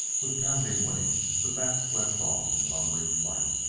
with pounding wings the bat swept off in lumbering flight,